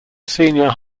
senior